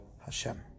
Hashem